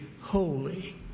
holy